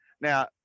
Now